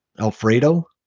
alfredo